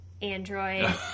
Android